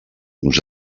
uns